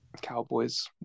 Cowboys